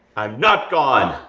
i'm not gone,